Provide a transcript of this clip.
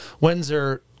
Windsor